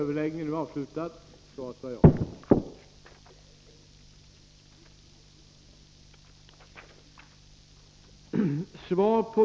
Herr talman!